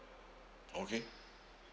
okay